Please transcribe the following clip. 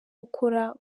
gukora